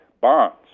bonds